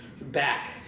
back